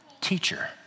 teacher